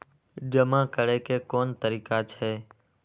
जमा करै के कोन तरीका छै?